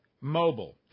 Mobile